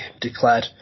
declared